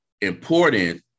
important